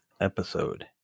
episode